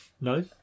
No